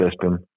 system